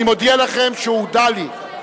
אני מודיע לכם שהודע לי,